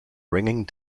ringing